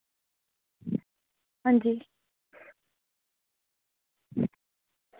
हां जी